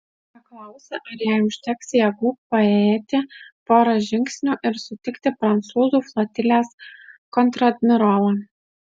paklausė ar jai užteks jėgų paėjėti porą žingsnių ir sutikti prancūzų flotilės kontradmirolą